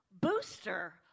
booster